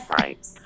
right